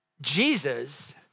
Jesus